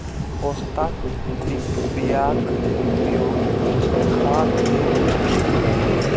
पोस्ताक बियाक उपयोग खाद्य तेल मे कैल जाइ छै